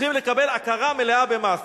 צריכים לקבל הכרה מלאה במס.